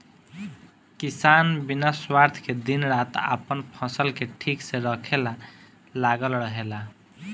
किसान बिना स्वार्थ के दिन रात आपन फसल के ठीक से रखे ला लागल रहेला